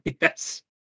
Yes